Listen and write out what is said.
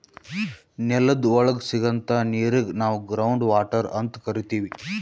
ನೆಲದ್ ಒಳಗ್ ಸಿಗಂಥಾ ನೀರಿಗ್ ನಾವ್ ಗ್ರೌಂಡ್ ವಾಟರ್ ಅಂತ್ ಕರಿತೀವ್